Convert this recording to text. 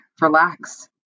relax